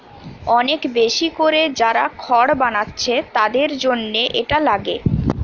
অনেক বেশি কোরে যারা খড় বানাচ্ছে তাদের জন্যে এটা লাগে